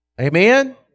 Amen